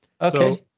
Okay